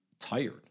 tired